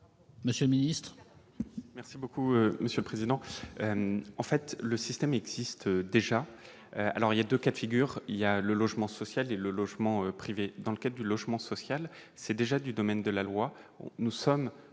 Monsieur le ministre,